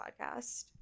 podcast